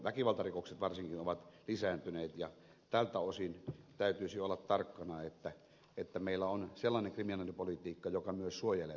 väkivaltarikokset varsinkin ovat lisääntyneet ja tältä osin täytyisi olla tarkkana että meillä on sellainen kriminaalipolitiikka joka myös suojelee tavallista kansalaista